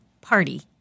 party